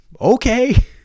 Okay